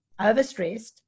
overstressed